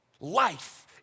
life